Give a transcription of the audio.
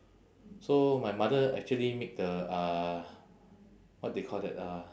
so my mother actually make the uh what they call that uh